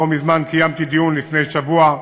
לא מזמן קיימתי דיון, לפני שבוע,